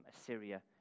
Assyria